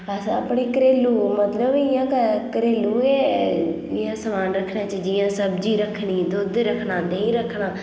अस अपने घरेलू मतलब इ'यां घरेलू गै इयां समान रक्खना जि'यां सब्जी रक्खनी दुद्ध रक्खना देहीं रक्खना